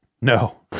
No